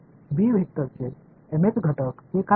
b वेक्टरचे mth घटक हे काय आहे